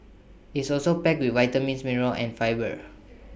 it's also packed with vitamins minerals and fibre